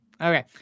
Okay